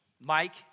Mike